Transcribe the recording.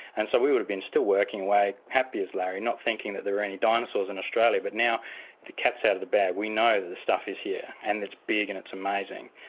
and so we would have been still working away, happy as larry, not thinking that there were any dinosaurs in australia, but now the cat's out of the bag, we know that the stuff is here and it's big and it's amazing.